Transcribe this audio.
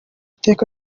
iteka